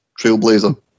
trailblazer